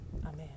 Amen